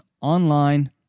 online